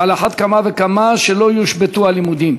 ועל אחת כמה וכמה שלא יושבתו הלימודים.